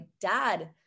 dad